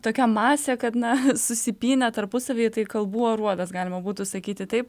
tokia masė kad na susipynę tarpusavyje tai kalbų aruodas galima būtų sakyti taip